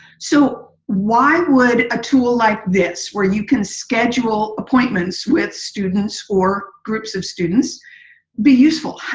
so why would a tool like this where you can schedule appointments with students or groups of students be useful?